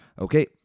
okay